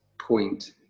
point